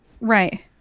Right